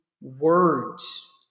words